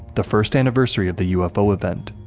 the first anniversary of the ufo event,